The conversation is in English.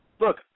Look